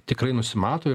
tikrai nusimato